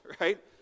right